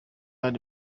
ari